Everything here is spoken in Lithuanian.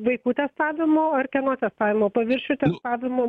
vaikų testavimo ar kieno testavimo paviršių testavimo